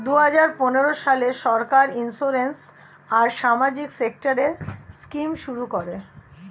দুই হাজার পনেরো সালে সরকার ইন্সিওরেন্স আর সামাজিক সেক্টরের স্কিম শুরু করে